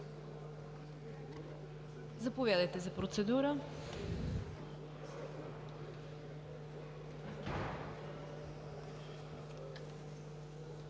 Заповядайте за процедура,